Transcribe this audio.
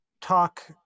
talk